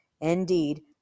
Indeed